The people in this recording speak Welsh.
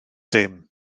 dim